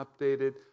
updated